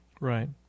Right